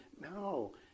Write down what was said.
no